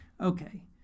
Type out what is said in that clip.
Okay